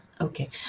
Okay